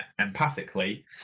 empathically